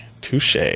touche